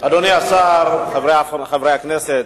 אדוני השר, חברי חברי הכנסת,